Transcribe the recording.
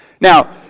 Now